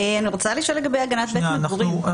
אני רוצה להבין לגבי בית מגורים.